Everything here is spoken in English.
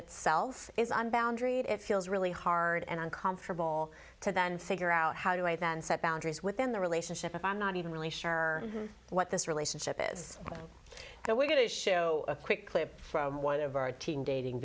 itself is on boundary and it feels really hard and uncomfortable to then figure out how do i then set boundaries within the relationship if i'm not even really sure what this relationship is going to show a quick clip from one of our teen dating